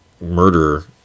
murderer